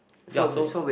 ya so